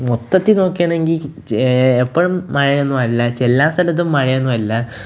മൊത്തത്തില് നോക്കേണെങ്കില് എപ്പോഴും മഴയൊന്നുമല്ല എല്ലാ സ്ഥലത്തും മഴയൊന്നുമല്ല